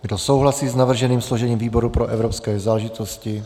Kdo souhlasí s navrženým složením výboru pro evropské záležitosti?